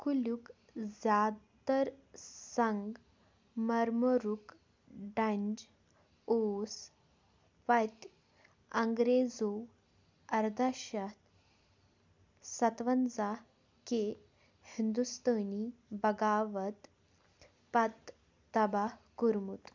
قُلیُک زیادٕ تر سنگ مرمرُک ڈانٛچ اوس پتہِ انگریزَو اردہ شیٚتھ ستونٛزاہ کہِ ہندوستٲنی بغاوت پتہٕ تباہ کوٚرمُت